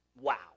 wow